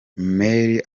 male